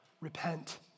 Repent